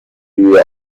روی